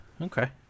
Okay